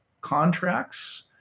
contracts